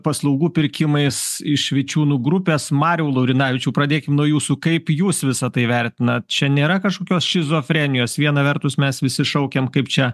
paslaugų pirkimais iš vičiūnų grupės mariau laurinavičiau pradėkim nuo jūsų kaip jūs visa tai vertinat čia nėra kažkokios šizofrenijos viena vertus mes visi šaukėm kaip čia